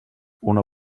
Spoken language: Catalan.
una